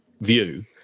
view